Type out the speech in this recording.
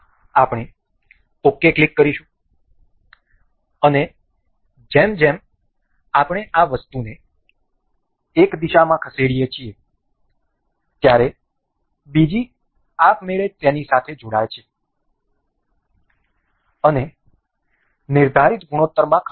આપણે ok click કરીશું અને જેમ જેમ આપણે આ વસ્તુને એક દિશામાં ખસેડીએ છીએ ત્યારે બીજી આપમેળે તેની સાથે જોડાયા છે અને નિર્ધારિત ગુણોત્તરમાં ખસે છે